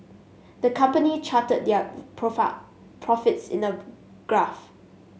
the company charted their profits in a graph